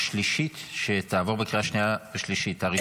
השלישית שתעבור בקריאה השנייה והשלישית.